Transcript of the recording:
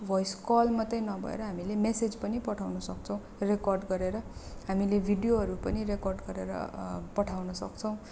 voice call मात्रै नभएर हामीले म्यासेज पनि पठाउन सक्छौँ रेकर्ड गरेर हामीले भिडियोहरू पनि रेकर्ड गरेर पठाउन सक्छौँ